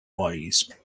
ways